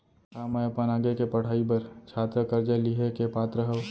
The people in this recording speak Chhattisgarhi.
का मै अपन आगे के पढ़ाई बर छात्र कर्जा लिहे के पात्र हव?